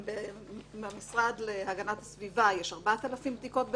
אם למשרד להגנת הסביבה יש 4,000 בדיקות בשנה,